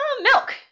Milk